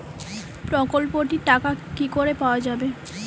প্রকল্পটি র টাকা কি করে পাওয়া যাবে?